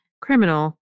criminal